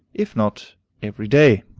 if not every day.